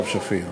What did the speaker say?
ואני